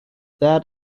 that